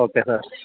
okay sir